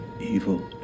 evil